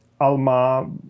Alma